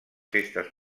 festes